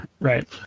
Right